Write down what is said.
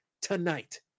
tonight